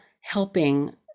helping